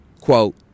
Quote